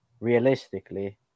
realistically